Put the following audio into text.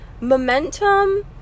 Momentum